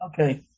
Okay